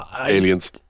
Aliens